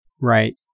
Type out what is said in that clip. right